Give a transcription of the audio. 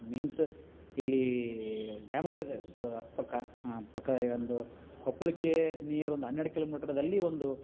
means ಇಲ್ಲಿ ಡ್ಯಾಮುಗಳಿದ್ದಾವೆ so ಅಕ್ಕಪಕ್ಕ ಅಕ್ಕಪಕ್ಕ ಒಂದು ಕೊಪ್ಳಕ್ಕೆ ನಿಯರ್ ಒಂದು ಹನ್ನೆರಡು ಕಿಲೋಮೀಟ್ರದಲ್ಲಿ ಒಂದು